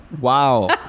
Wow